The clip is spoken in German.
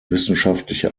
wissenschaftliche